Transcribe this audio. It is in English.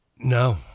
No